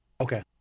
Okay